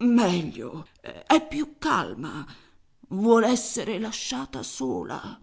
meglio è più calma vuol esser lasciata sola